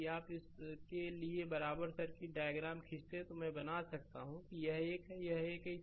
यदि आप इसके लिए बराबर सर्किट डायग्राम खींचते हैं तो मैं यह बना सकता हूं कि यह एक है यह एक है